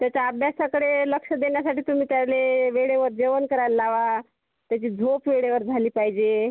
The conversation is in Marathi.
त्याच्या अभ्यासाकडे लक्ष देण्यासाठी तुम्ही त्याला वेळेवर जेवण करायला लावा त्याची झोप वेळेवर झाली पाहिजे